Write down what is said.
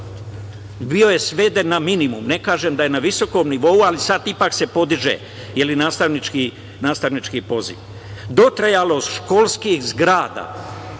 bio je sveden na minimum. Ne kažem da je na visokom nivou, ali sad ipak se podiže nastavnički poziv. Dotrajalost školskih zgrada,